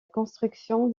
construction